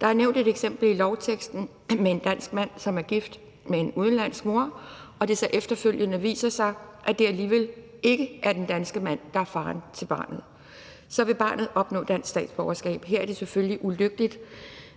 Der er nævnt et eksempel i lovteksten med en dansk mand, som er gift med en udenlandsk mor, og det viser sig så efterfølgende, at det alligevel ikke er den danske mand, der er far til barnet. Så vil barnet opnå dansk statsborgerskab. Her er det selvfølgelig ulykkeligt,